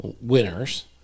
winners